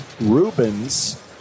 Rubens